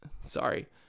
Sorry